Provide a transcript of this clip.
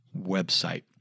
website